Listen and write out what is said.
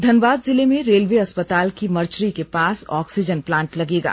धनबाद जिले में रेलवे अस्पताल की मर्चरी के पास ऑक्सीजन प्लांट लगेगा